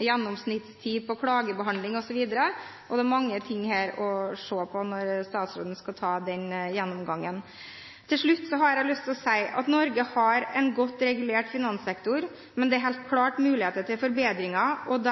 gjennomsnittstid på klagebehandling osv. Det er mange ting å se på her når statsråden skal ta en gjennomgang. Til slutt har jeg lyst til å si at Norge har en godt regulert finanssektor, men det er helt klart muligheter for forbedringer, og